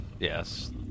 Yes